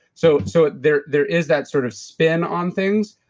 so so there there is that sort of spin on things,